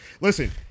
listen